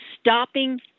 stopping